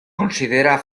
considera